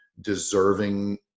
deserving